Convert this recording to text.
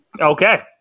Okay